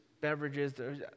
beverages